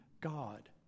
God